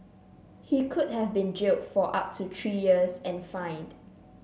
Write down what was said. he could have been jailed for up to three years and fined